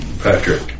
Patrick